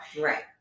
Right